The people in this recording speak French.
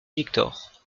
victor